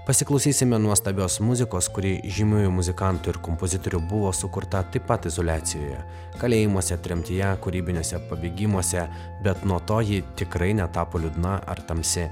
pasiklausysime nuostabios muzikos kuri žymiųjų muzikantų ir kompozitorių buvo sukurta taip pat izoliacijoje kalėjimuose tremtyje kūrybiniuose pabėgimuose bet nuo to ji tikrai netapo liūdna ar tamsi